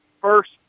first